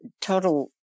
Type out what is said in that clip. total